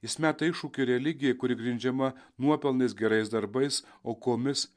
jis meta iššūkį religijai kuri grindžiama nuopelnais gerais darbais aukomis